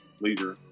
leader